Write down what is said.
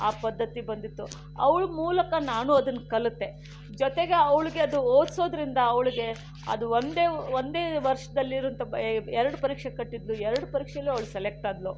ಆ ಪದ್ಧತಿ ಬಂದಿತ್ತು ಅವಳ ಮೂಲಕ ನಾನೂ ಅದನ್ನು ಕಲಿತೆ ಜೊತೆಗೆ ಅವಳಿಗೆ ಅದು ಓದ್ಸೋದ್ರಿಂದ ಅವಳಿಗೆ ಅದು ಒಂದೇ ಒಂದೇ ವರ್ಷದಲ್ಲಿರುವಂಥ ಎರಡು ಪರೀಕ್ಷೆ ಕಟ್ಟಿದ್ದಳು ಎರಡು ಪರೀಕ್ಷೆಯಲ್ಲೂ ಅವಳು ಸೆಲೆಕ್ಟ್ ಆದಳು